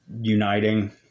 uniting